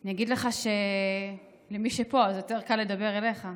אני אגיד לך, למי שפה, אז יותר קל לדבר אליך,